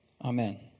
Amen